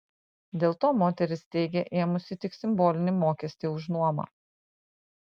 dėl to moteris teigia ėmusi tik simbolinį mokestį už nuomą